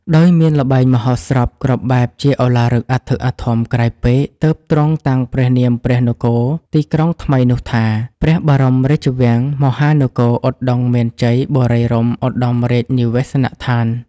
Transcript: ដោយមានល្បែងមហោស្រពគ្រប់បែបជាឧឡារិកអធិកអធមក្រៃពេក ទើបទ្រង់តាំងព្រះនាមព្រះនគរ (ទីក្រុង) ថ្មីនោះថា " ព្រះបរមរាជវាំងមហានគរ ឧត្តុង្គមានជ័យបុរីរម្យឧត្ដមរាជនិវេសនដ្ឋាន "